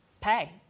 pay